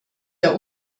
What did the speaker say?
der